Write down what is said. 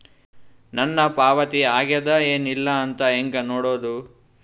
ನನ್ನ ಪಾವತಿ ಆಗ್ಯಾದ ಏನ್ ಇಲ್ಲ ಅಂತ ಹೆಂಗ ನೋಡುದು?